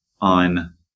on